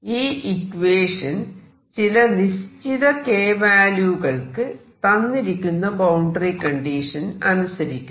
ഈ ഇക്വേഷൻ ചില നിശ്ചിത k വാല്യൂകൾക്ക് തന്നിരിക്കുന്ന ബൌണ്ടറി കണ്ടിഷനുകൾ അനുസരിക്കുന്നു